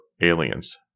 aliens